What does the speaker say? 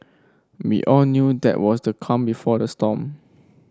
we all knew that was the calm before the storm